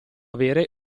avere